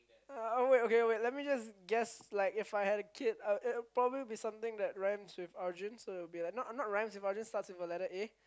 oh wait okay wait let me just guess like If I had a kid uh it I probably be something that rhymes with argent so it will be like I mean not rhymes with Arjun starts with a letter A